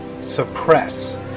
suppress